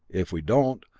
if we don't,